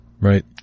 Right